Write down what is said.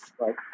Right